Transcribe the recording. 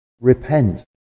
Repent